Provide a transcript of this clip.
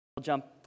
jump